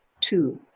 Two